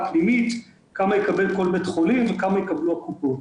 פנימית כמה יקבל כל בית חולים וכמה יקבלו הקופות.